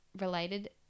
related